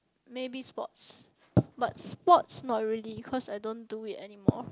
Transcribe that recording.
maybe sports but sports not really cause I don't do it anymore